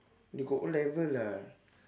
they got O-level ah